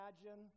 imagine